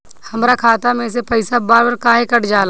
हमरा खाता में से पइसा बार बार काहे कट जाला?